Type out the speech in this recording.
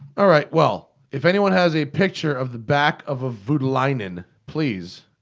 alright, well. if anyone has a picture of the back of a voutilanen, please,